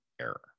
error